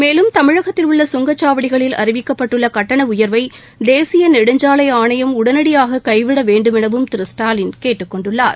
மேலும் தமிழகத்தில் உள்ள சுங்கச்சாவடிகளில் அறிவிக்கப்பட்டுள்ள சுகட்டண உயர்வை தேசிய நெடுஞ்சாலை ஆணையம் உடனடியாக கைவிட வேண்டுமெனவும் திரு ஸ்டாலின் கேட்டுக் கொண்டுள்ளார்